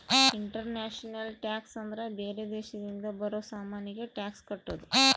international tax ಅಂದ್ರ ಬೇರೆ ದೇಶದಿಂದ ಬರೋ ಸಾಮಾನಿಗೆ ಟ್ಯಾಕ್ಸ್ ಕಟ್ಟೋದು